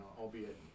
Albeit